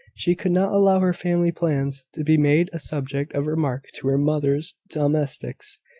she could not allow her family plans to be made a subject of remark to her mother's domestics.